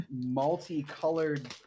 multicolored